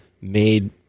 made